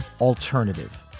alternative